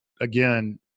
again